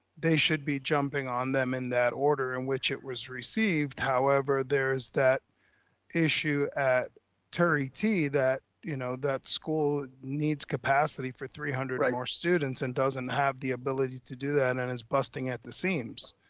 they should be jumping on them in that order, in which it was received. however, there is that issue at turie t. that, you know, that school needs capacity for three hundred more students and doesn't have the ability to do that and is busting at the seams.